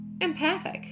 empathic